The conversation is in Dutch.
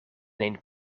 een